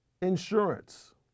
insurance